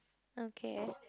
okay